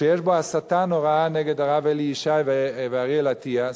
שיש בו הסתה נוראה נגד הרב אלי ישי ואריאל אטיאס,